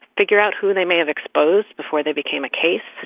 figure out who they may have exposed before they became a case,